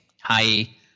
Hi